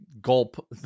gulp